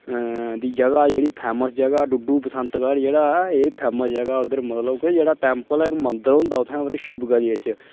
एह्दी जगह् जेह्ड़ी फैमस जगह् ऐ डुडू बसंतगढ़ जेह्ड़ा ऐ एह् फैमस जगह् उद्धर मतलब मतलब के जेह्ड़ा टैंपल इक मंदर होंदा उत्थें इक शिवगली ऐ च